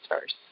first